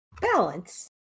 balance